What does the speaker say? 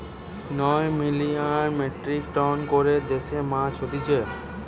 নয় million metric ton করে দেশে মাছ হতিছে